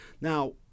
Now